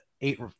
eight